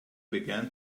began